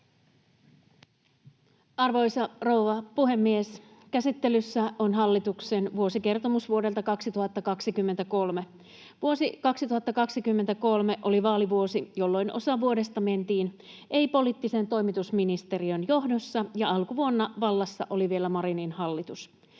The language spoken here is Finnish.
Arvoisa rouva puhemies! Käsittelyssä on hallituksen vuosikertomus vuodelta 2023. Vuosi 2023 oli vaalivuosi, jolloin osa vuodesta mentiin ei-poliittisen toimitusministeristön johdossa, ja alkuvuonna vallassa oli vielä Marinin hallitus.